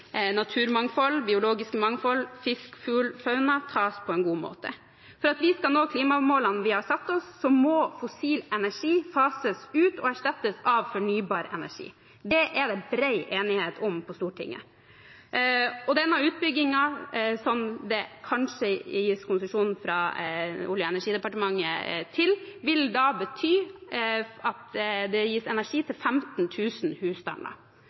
naturmangfold, biologisk mangfold, fisk, fugl og fauna tas på en god måte. For at vi skal nå klimamålene vi har satt oss, må fossil energi fases ut og erstattes av fornybar energi. Det er det bred enighet om på Stortinget. Denne utbyggingen, som det kanskje gis konsesjon til fra Olje- og energidepartementet, vil da bety at det gis energi til